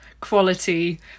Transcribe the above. quality